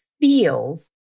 feels